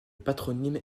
patronyme